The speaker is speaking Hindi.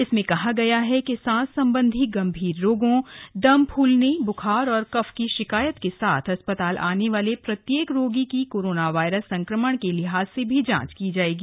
इसमें कहा गया है कि सांस संबंधी गंभीर रोगों दम फूलने ब्खार और कफ की शिकायत के साथ अस्पताल आने वाले प्रत्येक रोगी की कोरोना वायरस संक्रमण के लिहाज से भी जांच की जाएगी